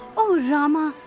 oh rama,